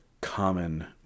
common